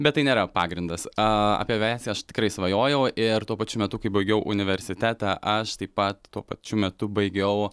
bet tai nėra pagrindas a apie aviaciją aš tikrai svajojau ir tuo pačiu metu kai baigiau universitetą aš taip pat tuo pačiu metu baigiau